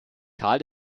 karl